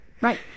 right